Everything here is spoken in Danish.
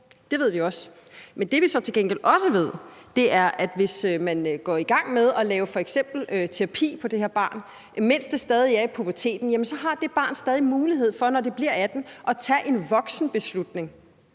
Det ved vi også. Men det, vi så til gengæld også ved, er, at hvis man går i gang med at give f.eks. terapi til det her barn, imens det stadig er i puberteten, så har det barn, når det bliver 18 år, stadig mulighed for at tage en voksenbeslutning,